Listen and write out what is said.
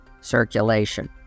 circulation